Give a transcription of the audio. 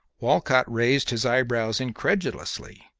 walcott raised his eyebrows incredulously.